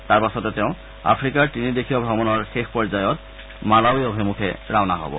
তাৰ পাছতে তেওঁ আফ্ৰিকাৰ তিনি দেশীয় ভ্ৰমণৰ শেষ পৰ্যায়ত মালাৱি অভিমুখে ৰাওনা হ'ব